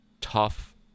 tough